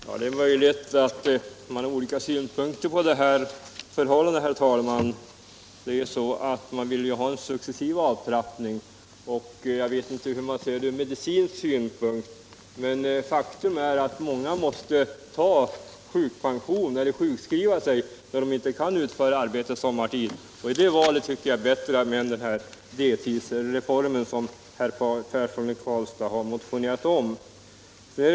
Herr talman! Det är möjligt att man har olika synpunkter på dessa förhållanden, och jag vet att man vill få till stånd en successiv avtrappning av arbetsinsatsen. Jag känner inte till hur man ser på detta från medicinsk synpunkt, men faktum är att många måste begära sjukpension eller låta sjukskriva sig, eftersom de inte kan utföra arbete vintertid. I det läget tycker jag att den delpensionslösning som herr Persson i Karlstad har motionerat om är ett bättre alternativ.